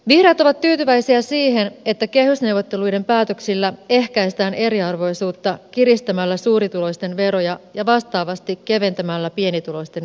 vihreät ovat tyytyväisiä siihen että kehysneuvotteluiden päätöksillä ehkäistään eriarvoisuutta kiristämällä suurituloisten veroja ja vastaavasti keventämällä pienituloisten veroja